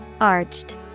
Arched